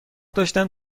داشتم